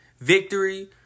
victory